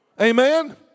Amen